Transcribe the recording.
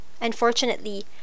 Unfortunately